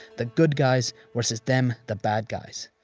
the good guys versus them, the bad guys.